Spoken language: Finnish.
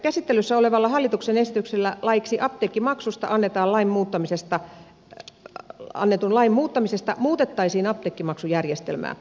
käsittelyssä olevalla hallituksen esityksellä laiksi apteekkimaksusta annetun lain muuttamisesta muutettaisiin apteekkimaksujärjestelmää